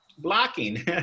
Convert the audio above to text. blocking